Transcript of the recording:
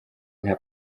nta